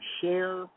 share